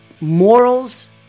morals